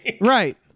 right